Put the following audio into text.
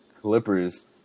Clippers